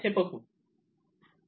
हे बघू